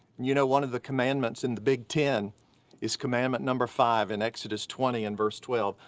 you know, one of the commandments in the big ten is commandment number five in exodus twenty in verse twelve,